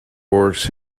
works